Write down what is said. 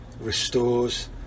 restores